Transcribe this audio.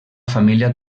família